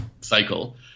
cycle